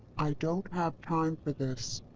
i don't have time for this.